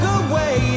away